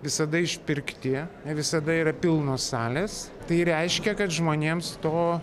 visada išpirkti ne visada yra pilnos salės tai reiškia kad žmonėms to